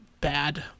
bad